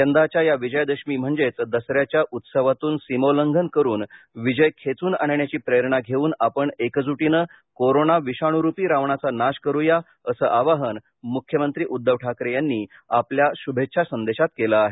यंदाच्या या विजयादशमी म्हणजेच दसऱ्याच्या उत्सवातून सीमोल्लंघन करून विजय खेचून आणण्याची प्रेरणा घेऊन आपण एकजुटीनं कोरोना विषाण्रूपी रावणाचा नाश करू या असं आवाहन मुख्यमंत्री उद्धव ठाकरे यांनी आपल्या शुभेच्छा संदेशात केलं आहे